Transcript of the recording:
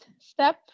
step